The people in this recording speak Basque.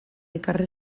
ekarri